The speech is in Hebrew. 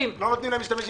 לא נותנים להם להשתמש בכסף.